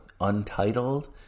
untitled